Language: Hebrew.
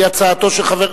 היא הצעתו של חבר,